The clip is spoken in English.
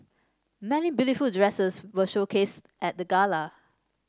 many dresses were showcased at the gala